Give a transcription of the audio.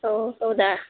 ಓ ಹೌದಾ